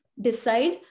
Decide